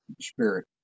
spirit